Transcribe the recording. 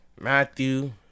Matthew